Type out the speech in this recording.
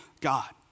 God